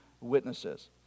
witnesses